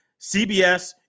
CBS